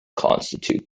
constitute